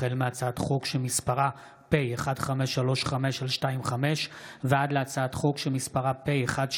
החל בהצעת חוק פ/1535/25 וכלה בהצעת חוק פ/1769/25: